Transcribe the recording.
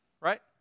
right